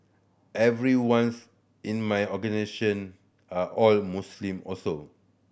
everyone's in my are all Muslim also